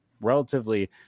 relatively